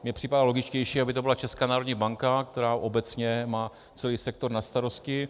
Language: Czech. Mně připadá logičtější, aby to byla Česká národní banka, která obecně má celý sektor na starosti.